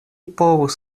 povus